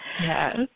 Yes